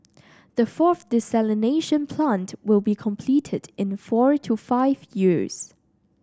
the fourth desalination plant will be completed in four to five years